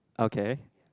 okay